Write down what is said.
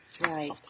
Right